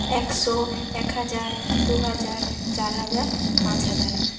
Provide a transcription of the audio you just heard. একশো এক হাজার দু হাজার চার হাজার পাঁচ হাজার